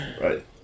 Right